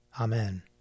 Amen